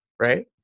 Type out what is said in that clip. Right